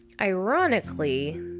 Ironically